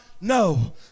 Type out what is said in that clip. No